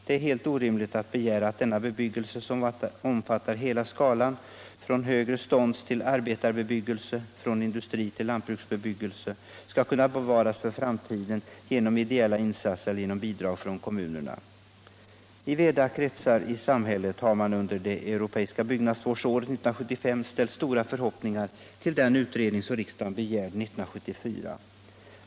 Det är helt orimligt att begära att denna bebyggelse, som omfattar hela skalan från högrestånds till arbetarbebyggelse, från industri ull lantbruksbebyggelse, skall kunna bevaras för framtiden genom ideella insatser eller genom bidrag från kommunerna. I vida kretsar I samhället har man under det europeiska byggnadsvårdsåret 1975 ställt stora förhoppningar på den utredning som riksdagen begärde 1974.